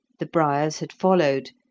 the briars had followed,